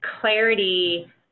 clarity